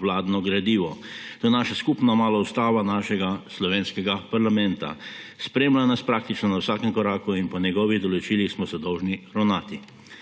vladno gradivo. To je naša skupna mala ustava našega slovenskega parlamenta. Spremlja nas praktično na vsakem koraku in po njegovih določilih smo se dolžni ravnati.